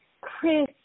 Chris